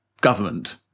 government